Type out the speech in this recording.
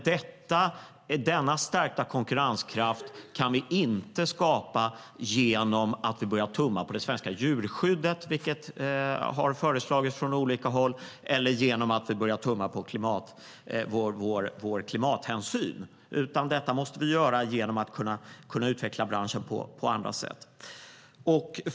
Denna stärkta konkurrenskraft kan vi inte skapa genom att vi börjar tumma på det svenska djurskyddet, vilket har föreslagits från olika håll, eller genom att vi börjar tumma på vår klimathänsyn. Detta måste vi göra genom att kunna utveckla branschen på andra sätt. Herr talman!